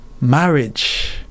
marriage